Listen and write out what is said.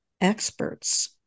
experts